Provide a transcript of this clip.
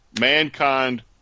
mankind